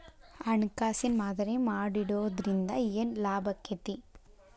ಹಣ್ಕಾಸಿನ್ ಮಾದರಿ ಮಾಡಿಡೊದ್ರಿಂದಾ ಏನ್ ಲಾಭಾಕ್ಕೇತಿ?